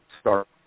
start